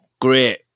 great